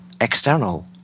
external